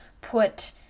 put